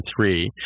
three